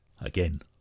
Again